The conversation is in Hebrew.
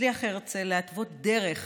הצליח הרצל להתוות דרך